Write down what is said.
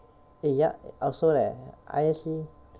eh ya I I also leh I_S_C